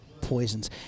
poisons